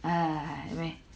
err meh